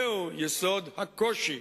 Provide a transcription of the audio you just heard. זהו יסוד הקושי